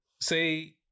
Say